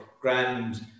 grand